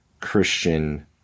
Christian